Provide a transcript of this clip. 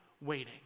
waiting